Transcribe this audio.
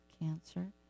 cancer